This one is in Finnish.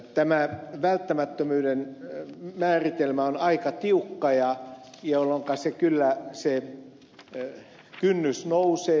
tämä välttämättömyyden määritelmä on aika tiukka jolloinka se kynnys kyllä nousee